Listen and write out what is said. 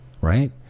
right